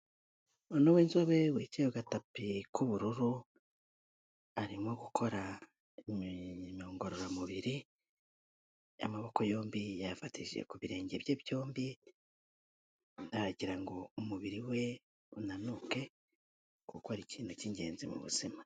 Umuntu w'inzobere wicaye ku gatapi k'ubururu arimo gukora ngororamubiri amaboko yombi yayafatishije ku birenge bye byombi aragira ngo umubiri we unanuke gukora ikintu cy'ingenzi mu buzima.